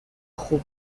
خوب